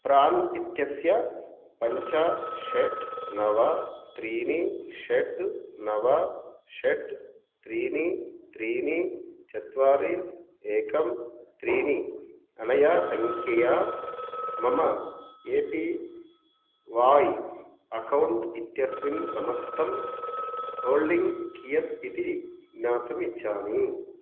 प्राण् इत्यस्य पञ्च षट् नव त्रीणि षट् नव षट् त्रीणि त्रीणि चत्वारि एकं त्रीणि अनया सङ्ख्यया मम ए पी वाय् अकौण्ट् इत्यस्मिन् समस्त होल्डिङ्ग् कियत् इति ज्ञातुमिच्छामि